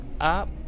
up